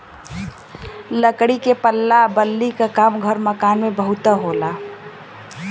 लकड़ी के पल्ला बल्ली क काम घर मकान में बहुत होला